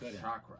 chakra